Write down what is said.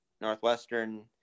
Northwestern